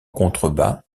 contrebas